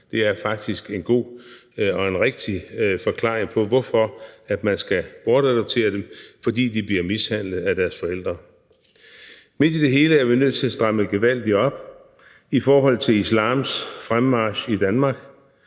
Det er faktisk en god og en rigtig forklaring på, hvorfor man skal bortadoptere dem, altså fordi de bliver mishandlet af deres forældre. Midt i det hele er vi nødt til at stramme gevaldigt op i forhold til islams fremmarch i Danmark,